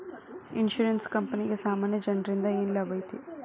Insurance ಕ್ಂಪನಿಗೆ ಸಾಮಾನ್ಯ ಜನ್ರಿಂದಾ ಏನ್ ಲಾಭೈತಿ?